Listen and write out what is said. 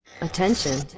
Attention